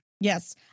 Yes